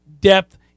depth